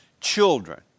children